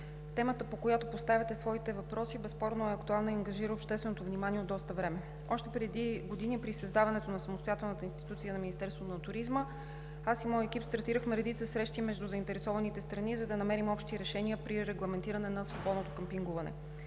темата, по която поставяте своите въпроси, безспорно е актуална и ангажира общественото внимание от доста време. Още преди години, при създаването на самостоятелната институция на Министерството на туризма, аз и моят екип стартирахме редица срещи между заинтересованите страни, за да намерим общи решения при регламентиране на свободното къмпингуване.